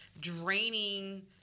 draining